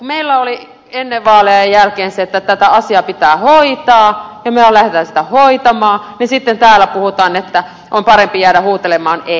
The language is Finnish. meillä oli ennen vaaleja ja sen jälkeen se että tätä asiaa pitää hoitaa ja me olemme lähteneet sitä hoitamaan ja sitten täällä puhutaan että on parempi jäädä huutelemaan ei